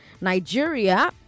Nigeria